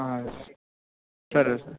yes సరే sir